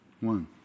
one